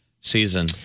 season